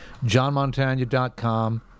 JohnMontagna.com